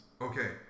okay